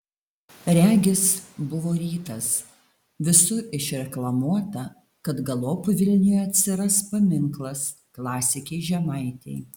regis buvo rytas visur išreklamuota kad galop vilniuje atsiras paminklas klasikei žemaitei